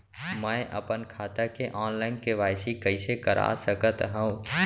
मैं अपन खाता के ऑनलाइन के.वाई.सी कइसे करा सकत हव?